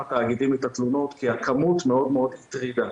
תאגידים את התלונות כי הכמות מאוד הטרידה,